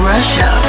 Russia